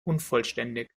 unvollständig